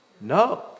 No